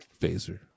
Phaser